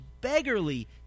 beggarly